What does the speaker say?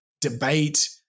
debate